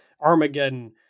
Armageddon